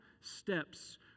steps